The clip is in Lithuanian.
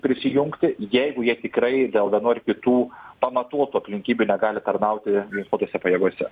prisijungti jeigu jie tikrai dėl vienų ar kitų pamatuotų aplinkybių negali tarnauti ginkluotose pajėgose